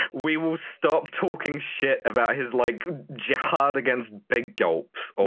we will stop talking shit about his like jihad against big gulps, ah